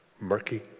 murky